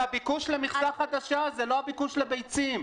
זה הביקוש למכסה חדשה, זה לא הביקוש לביצים.